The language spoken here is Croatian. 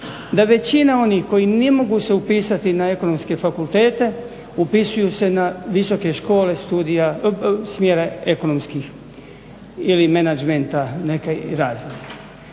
da većina onih koji ne mogu se upisati na ekonomske fakultete upisuju se na visoke škole smjera ekonomskih ili menadžmenta, neke raznih.